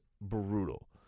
brutal